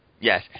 Yes